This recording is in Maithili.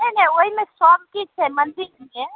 नहि नहि ओहिमे सबकिछु छै मन्दिरमे